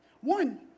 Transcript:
One